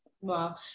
wow